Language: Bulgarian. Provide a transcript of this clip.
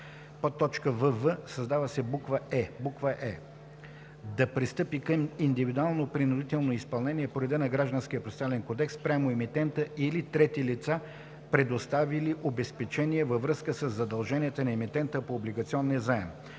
емитента”; вв) създава се буква „е”: „е) да пристъпи към индивидуално принудително изпълнение по реда на Гражданския процесуален кодекс спрямо емитента или трети лица, предоставили обезпечения във връзка със задълженията на емитента по облигационния заем.”;